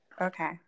okay